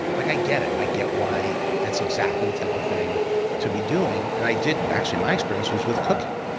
like i get it. i get why that's exactly the type of thing to be doing. and i did actually, my experience was with cooking,